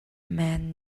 man